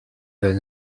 that